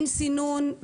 אין סינון,